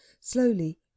slowly